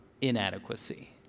inadequacy